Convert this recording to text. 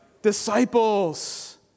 Disciples